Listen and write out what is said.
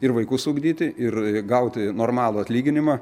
ir vaikus ugdyti ir gauti normalų atlyginimą